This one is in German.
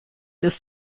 ist